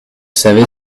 savez